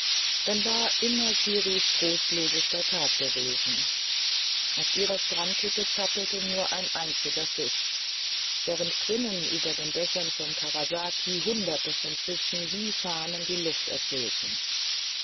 dann war immer kiris trostlosester tag gewesen auf ihrer strandhütte zappelte nur ein einziger fisch während drinnen über den dächern von karasaki hunderte von fischen wie fahnen die luft füllten